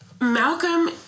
Malcolm